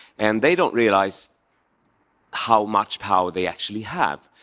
and they don't realize how much power they actually have.